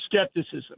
skepticism